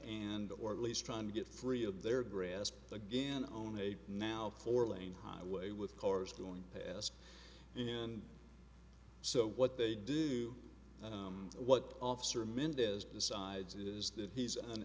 and or at least trying to get free of their grasp again only now four lane highway with cars going past and so what they do and what officer mendez decides it is that he's